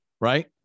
right